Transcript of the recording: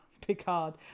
Picard